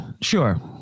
sure